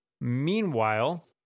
meanwhile